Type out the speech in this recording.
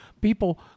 people